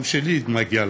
גם לשלי מגיע.